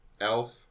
Elf